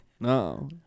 No